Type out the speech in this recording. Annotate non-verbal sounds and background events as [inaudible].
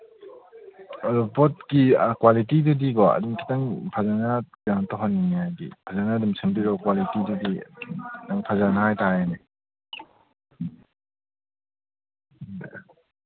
ꯑꯗꯨ ꯄꯣꯠꯀꯤ ꯀ꯭ꯋꯥꯂꯤꯇꯤꯗꯨꯗꯤꯀꯣ ꯑꯗꯨꯝ ꯈꯤꯇꯪ ꯐꯖꯅ ꯀꯩꯅꯣ ꯇꯧꯍꯟꯅꯤꯡꯉꯦ ꯍꯥꯏꯗꯤ ꯐꯖꯅ ꯑꯗꯨꯝ ꯁꯦꯝꯕꯤꯔꯛꯎ ꯀ꯭ꯋꯥꯂꯤꯇꯤꯗꯨꯗꯤ ꯈꯤꯇꯪ ꯐꯖꯅ ꯍꯥꯏꯇꯥꯔꯦꯅꯦ [unintelligible]